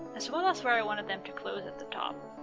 as well as where i want and them to close at the top.